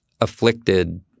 afflicted